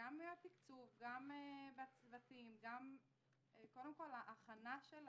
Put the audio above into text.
גם בתקצוב, גם בצוותים, קודם כול ההכנה של